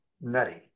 nutty